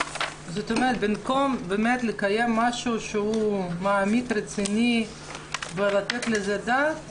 במקום לקיים משהו שהוא מעמיק ורציני ולתת על זה את הדעת,